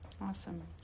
Awesome